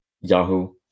yahoo